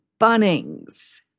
Bunnings